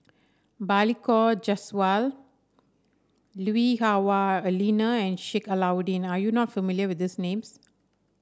Balli Kaur Jaswal Lui Hah Wah Elena and Sheik Alau'ddin are you not familiar with these names